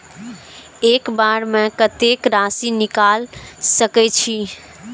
एक बार में कतेक राशि निकाल सकेछी?